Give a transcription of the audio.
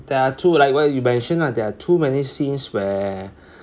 there are too like what you mention lah there are too many scenes where